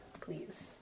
please